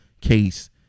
case